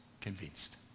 convinced